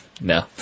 no